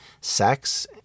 sex